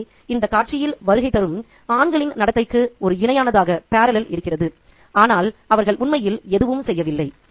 எனவே இந்த காட்சியில் வருகை தரும் ஆண்களின் நடத்தைக்கு ஒரு இணையானதாக இருக்கிறது ஆனால் அவர்கள் உண்மையில் எதுவும் செய்யவில்லை